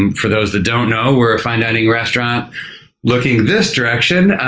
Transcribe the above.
um for those that don't know, we're a fine dining restaurant looking this direction,